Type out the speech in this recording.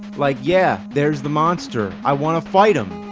like yeah, there's the monster, i want to fight him.